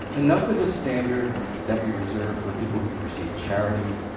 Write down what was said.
enough is a standard that we reserve for people who could receive charity,